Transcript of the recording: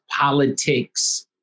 politics